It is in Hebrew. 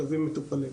וכלבים מטופלים.